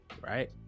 right